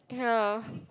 ya